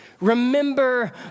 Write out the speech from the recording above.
Remember